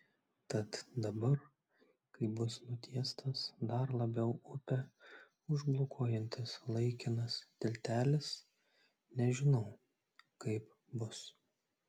tad dabar kai bus nutiestas dar labiau upę užblokuojantis laikinas tiltelis nežinau kaip bus